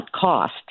cost